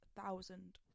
thousand